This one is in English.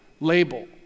label